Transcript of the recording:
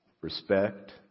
respect